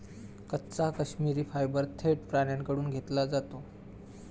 कच्चा काश्मिरी फायबर थेट प्राण्यांकडून घेतला जातो